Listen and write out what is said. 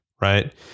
right